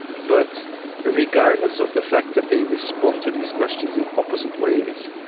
but regardless of the fact that they respond to these questions in opposite ways,